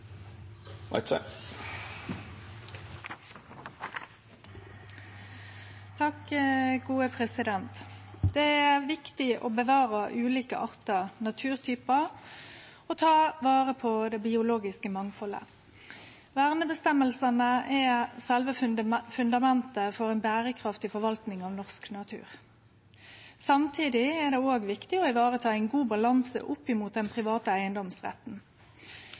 Det er viktig å bevare ulike artar og naturtypar og ta vare på det biologiske mangfaldet. Verneføresegnene er sjølve fundamentet for ei berekraftig forvalting av norsk natur. Samtidig er det òg viktig å vareta ein god balanse opp mot den private eigedomsretten.